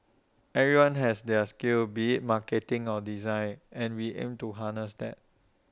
everyone has their skills be marketing or design and we aim to harness that